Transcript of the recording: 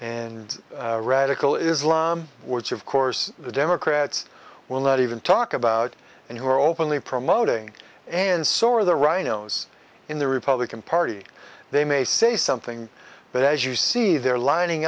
ignored and radical islam which of course the democrats will not even talk about and who are openly promoting and so are the rhinos in the republican party they may say something but as you see they're lining